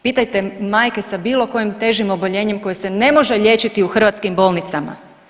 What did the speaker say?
Pitajte majke sa bilo kojim težim oboljenjem koje se ne može liječiti u hrvatskim bolnicama.